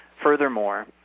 Furthermore